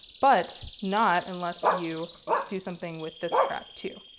but not unless you do something with this track, too.